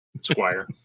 Squire